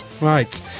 Right